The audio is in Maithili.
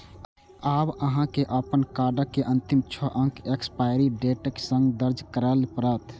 आब अहां के अपन कार्डक अंतिम छह अंक एक्सपायरी डेटक संग दर्ज करय पड़त